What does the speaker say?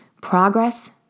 Progress